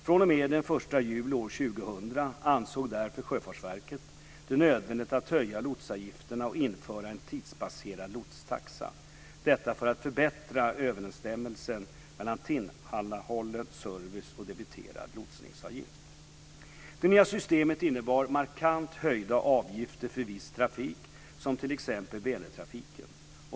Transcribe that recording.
Sjöfartsverket ansåg det därför nödvändigt att fr.o.m. den 1 juli 2000 höja lotsavgifterna och införa en tidsbaserad lotstaxa. Detta gjordes för att förbättra överensstämmelsen mellan tillhandahållen service och debiterad lotsningsavgift. Det nya systemet innebar markant höjda avgifter för viss trafik som t.ex. Vänertrafiken.